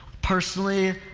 personally,